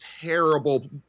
terrible